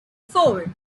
four